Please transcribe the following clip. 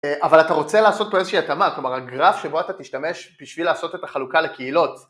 אבל אתה רוצה לעשות פה איזושהי התאמה, כלומר הגרף שבו אתה תשתמש בשביל לעשות את החלוקה לקהילות